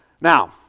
Now